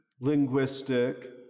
linguistic